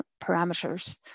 parameters